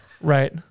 Right